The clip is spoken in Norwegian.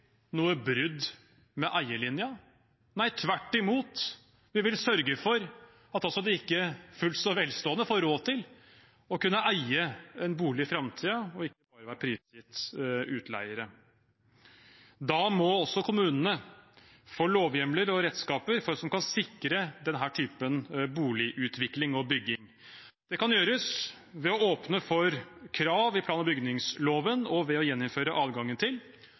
noe brudd med eierlinjen – nei, tvert imot: Vi vil sørge for at også de ikke fullt så velstående får råd til å kunne eie en bolig i framtiden og ikke bare være prisgitt utleiere. Da må også kommunene få lovhjemler og redskaper som kan sikre denne typen boligutvikling og -bygging. Det kan gjøres ved å åpne for krav i plan- og bygningsloven, og ved å gjeninnføre adgangen til